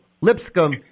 Lipscomb